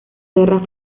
guerra